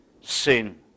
sin